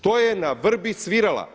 To je na vrbi svirala.